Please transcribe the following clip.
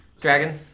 dragon